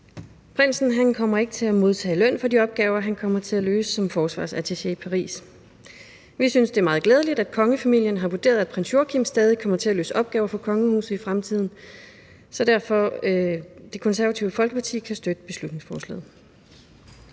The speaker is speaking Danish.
Prinsen kommer ikke til at modtage løn for de opgaver, han kommer til at løse som forsvarsattaché i Paris. Vi synes, det er meget glædeligt, at kongefamilien har vurderet, at prins Joachim stadig kommer til at løse opgaver for kongehuset i fremtiden. Så derfor kan Det Konservative Folkeparti støtte beslutningsforslaget.